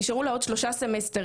נשארו לה עוד שלושה סמסטרים.